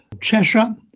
Cheshire